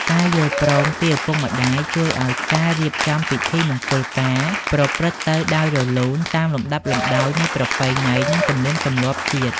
ការយល់ព្រមពីឪពុកម្ដាយជួយឱ្យការរៀបចំពិធីមង្គលការប្រព្រឹត្តទៅដោយរលូន តាមលំដាប់លំដោយនៃប្រពៃណី និងទំនៀមទម្លាប់ជាតិ។